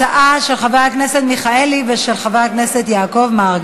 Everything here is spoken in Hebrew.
ההצעה היא של חבר הכנסת מיכאלי ושל חבר הכנסת יעקב מרגי.